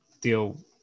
deal